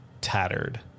tattered